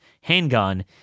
handgun